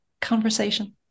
conversation